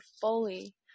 fully